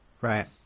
Right